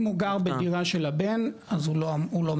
הוא גר בדירה של הבן אז הוא לא מקבל,